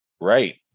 Right